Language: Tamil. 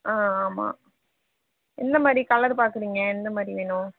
ஆ ஆமாம் எந்தமாதிரி கலர் பார்க்குறீங்க எந்தமாதிரி வேணும்